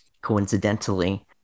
coincidentally